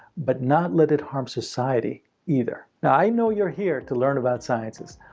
but not let it harm society either. i know you're here to learn about science.